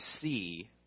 see